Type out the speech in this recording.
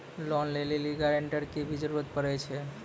Loan लै लेली guarantor के भी जरूरी पड़ै छै?